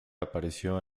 apareció